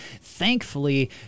thankfully